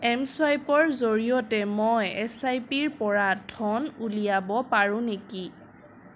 M চুৱাইপৰ জৰিয়তে মই এছ আই পিৰ পৰা ধন উলিয়াব পাৰোঁ নেকি